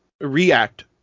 react